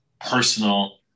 personal